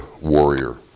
warrior